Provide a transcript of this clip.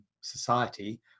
society